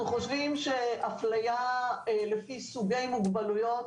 אנחנו חושבים שאפליה לפי סוגי מוגבלויות